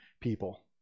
people